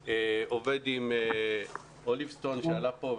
עובד עם אוליבסטון שעלה פה,